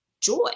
Joy